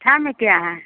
मीठे में क्या है